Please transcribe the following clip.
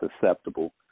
susceptible